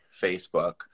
Facebook